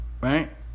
right